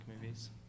movies